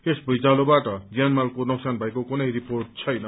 यस भूँइचालोबाट ज्यान मालको नोक्सान भएको कुनै रिपोर्ट छैन